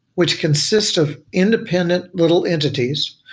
which consist of independent little entities,